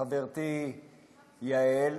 חברתי יעל,